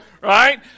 Right